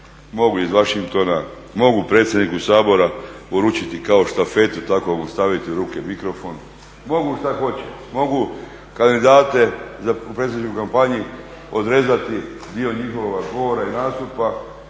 mogu iz Washingtona, mogu predsjedniku Sabora uručiti kao štafetu i tako mu staviti u ruke mikrofon, mogu što hoće. Mogu kandidate u predsjedničkoj kampanji odrezati dio njihovoga govora i nastupa,